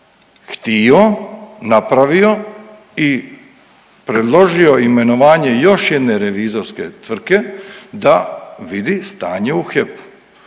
htio, napravio i predložio imenovanje još jedne revizorske tvrtke da vidi stanje u HEP-u,